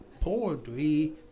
poetry